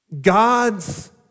God's